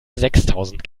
sechstausend